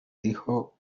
dijo